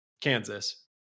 Kansas